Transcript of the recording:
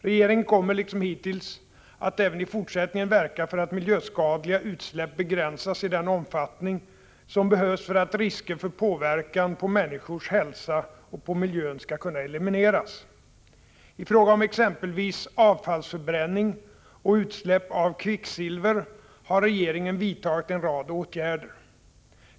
Regeringen kommer, liksom hittills, att även i fortsättningen verka för att miljöskadliga utsläpp begränsas i den omfattning som behövs för att risker för påverkan på människors hälsa och på miljön skall kunna elimineras. I fråga om exempelvis avfallsförbränning och utsläpp av kvicksilver har regeringen vidtagit en rad åtgärder.